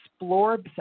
explore